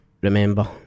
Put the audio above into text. remember